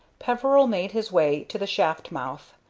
peveril made his way to the shaft-mouth.